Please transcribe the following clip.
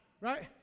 right